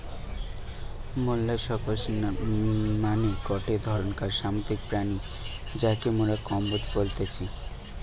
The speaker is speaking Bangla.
মোল্লাসকস মানে গটে ধরণকার সামুদ্রিক প্রাণী যাকে মোরা কম্বোজ বলতেছি